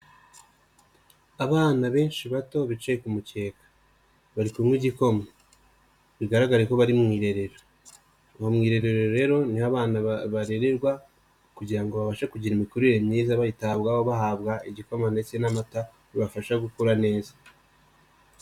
Abana benshi bato bicaye ku kumukeka, bari kumweywa igikoma, bigaragare ko bari mu irerero, aho mu irerero rero, niho abana barererwa kugirango ngo babashe kugira imikurire myiza bitabwaho bahabwa igikoma ndetse n'amata, bibafasha gukura neza.